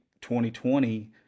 2020